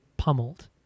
pummeled